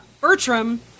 Bertram